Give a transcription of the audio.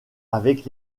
avec